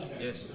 Yes